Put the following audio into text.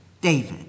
David